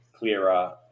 clearer